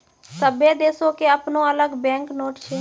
सभ्भे देशो के अपनो अलग बैंक नोट छै